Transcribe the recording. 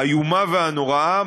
האיומה והנוראה,